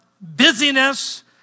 busyness